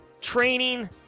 training